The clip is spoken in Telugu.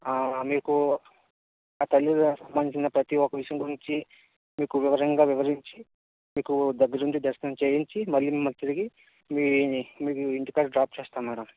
మీకు ఆ తల్లి సంబంధించిన ప్రతీ ఒక్క విషయం గురించీ మీకు వివరంగా వివరించి మీకు దగ్గర ఉండి దర్శనం చేయించి మళ్ళీ మిమ్మల్ని తిరిగి మీ మీకు ఇంటికాడ డ్రాప్ చేస్తాము మేడమ్